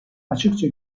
açıkça